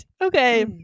okay